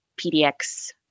PDX